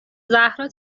زهرا